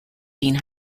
been